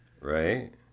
right